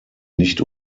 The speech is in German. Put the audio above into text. nicht